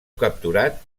capturat